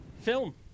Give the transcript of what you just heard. Film